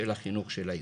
של החינוך של היום.